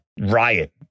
riot